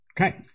Okay